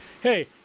hey